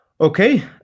Okay